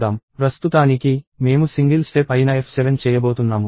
ప్రస్తుతానికి మేము single step అయిన F7 చేయబోతున్నాము